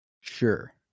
Sure